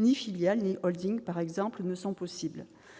ni filiale ni holding, par exemple, ne sont possibles.